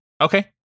okay